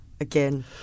again